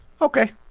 Okay